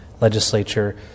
legislature